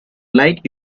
light